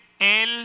el